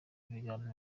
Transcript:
ibiganiro